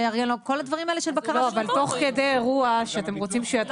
כל הדברים האלה של בקרה.